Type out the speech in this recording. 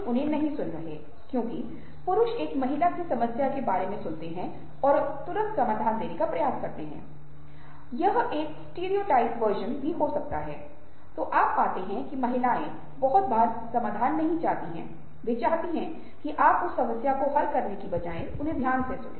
और चौथा और अंतिम चरण वह है जहां आप किसी ऐसे व्यक्ति की पहचान करते हैं जिसे आप पसंद नहीं करते हैं जिसे आप पहचानते हैं कोई ऐसा व्यक्ति जो जाहिर तौर पर आपका दुश्मन है और फिर आप उस व्यक्ति की पूर्ण सुख और कल्याण की कामना करने की तकनीक विकसित करते हैं